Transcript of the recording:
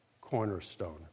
cornerstone